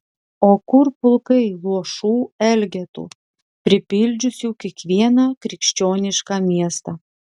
o kur pulkai luošų elgetų pripildžiusių kiekvieną krikščionišką miestą